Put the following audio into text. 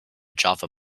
java